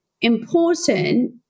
important